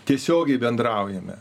tiesiogiai bendraujame